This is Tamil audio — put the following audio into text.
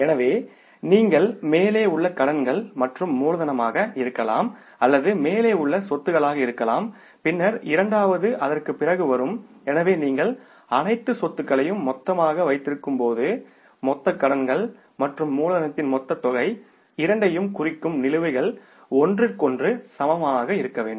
எனவே நீங்கள் மேலே உள்ள கடன்கள் மற்றும் மூலதனமாக இருக்கலாம் அல்லது மேலே உள்ள சொத்துகளாக இருக்கலாம் பின்னர் இரண்டாவது அதற்குப் பிறகு வரும் எனவே நீங்கள் அனைத்து சொத்துகளையும் மொத்தமாக வைத்திருக்கும்போது மொத்த கடன்கள் மற்றும் மூலதனத்தின் மொத்த தொகை இரண்டையும் குறிக்கும் நிலுவைகள் ஒன்றிற்கொன்று சமமாக இருக்க வேண்டும்